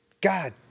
God